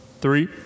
Three